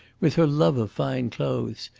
with her love of fine clothes,